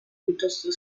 piuttosto